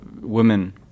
women